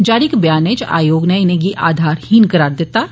जारी इक बयानै च आयोग नै इनें गी आधारहीन करार दित्ता ऐ